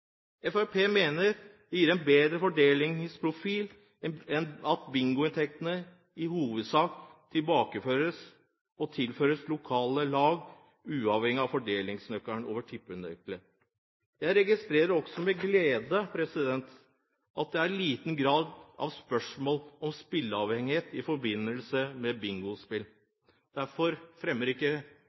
Fremskrittspartiet mener at det gir en bedre fordelingsprofil hvis bingoinntektene i hovedsak tilbakeføres, og tilføres lokale lag uavhengig av fordelingen over tippenøkkelen. Jeg registrerer også med glede at det i liten grad er spørsmål om spilleavhengighet i forbindelse med bingospill. Derfor fremmer ikke